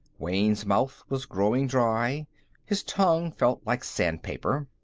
wayne's mouth was growing dry his tongue felt like sandpaper.